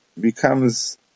becomes